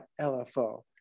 LFO